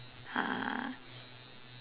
uh